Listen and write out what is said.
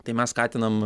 tai mes skatinam